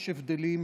יש הבדלים.